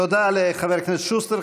תודה לחבר הכנסת שוסטר.